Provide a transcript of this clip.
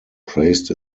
praised